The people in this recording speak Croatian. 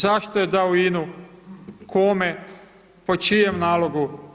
Zašto je dao INU, kome, po čijem nalogu?